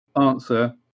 answer